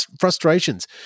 frustrations